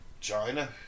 China